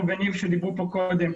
ושל ניב אברמסון שדיברו פה קודם.